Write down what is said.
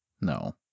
No